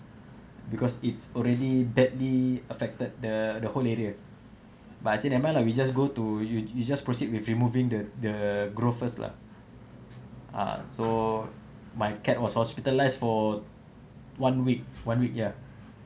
because it's already badly affected the the whole area but I say never mind lah we just go to you you just proceed with removing the the growth first lah ah so my cat was hospitalised for one week one week ya